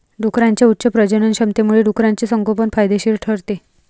डुकरांच्या उच्च प्रजननक्षमतेमुळे डुकराचे संगोपन फायदेशीर ठरते